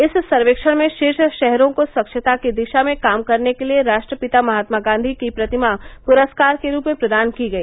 इस सर्वेक्षण में शीर्ष शहरों को स्वच्छता की दिशा में काम करने के लिए राष्ट्रपिता महात्मा गांधी की प्रतिमा पुरस्कार के रूप में प्रदान की गई